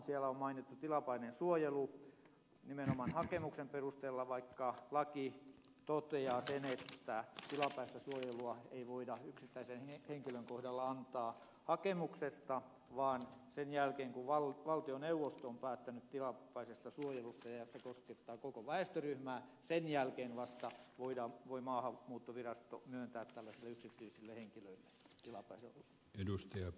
siellä on mainittu tilapäinen suojelu nimenomaan hakemuksen perusteella vaikka laki toteaa sen että tilapäistä suojelua ei voida yksittäisen henkilön kohdalla antaa hakemuksesta vaan vasta sen jälkeen kun valtioneuvosto on päättänyt tilapäisestä suojelusta ja se koskettaa koko väestöryhmää sen jälkeen vastaa ujoa voimaa voi maahanmuuttovirasto myöntää tällaisille yksityisille henkilöille tilapäisen luvan